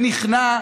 ונכנע,